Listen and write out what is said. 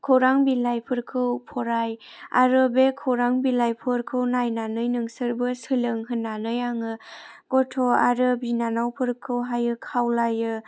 खौरां बिलाइफोरखौ फराय आरो बे खौरां बिलाइफोरखौ नायनानै नोंसोरबो सोलों होननानै आङो गथ' आरो बिनानावफोरखौहायो खावलायो